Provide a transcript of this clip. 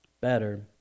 better